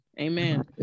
amen